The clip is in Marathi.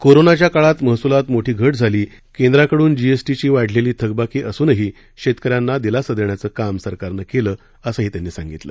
कोरोनाच्या काळात महसुलात मोठी घट झाली केंद्राकडून जीएसटी ची वाढलेली थकबाकी असूनही शेतकऱ्यांना दिलासा देण्याचं काम सरकारनं केलं असंही त्यांनी सांगितलं